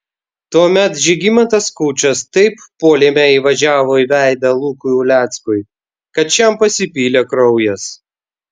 tuomet žygimantas skučas taip puolime įvažiavo į veidą lukui uleckui kad šiam pasipylė kraujas